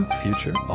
future